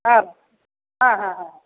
হ্যাঁ হ্যাঁ হ্যাঁ হ্যাঁ হ্যাঁ